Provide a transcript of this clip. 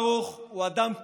ברוך הוא אדם כאוב,